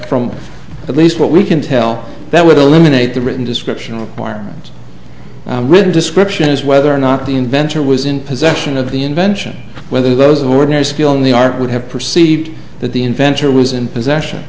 from at least what we can tell that would eliminate the written description of current written description is whether or not the inventor was in possession of the invention whether those of ordinary skill in the art would have perceived that the inventor was in possession